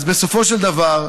בסופו של דבר,